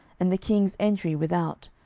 and the king's entry without,